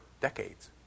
decades